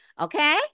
okay